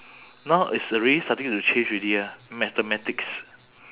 now it's already starting to change already ah mathematics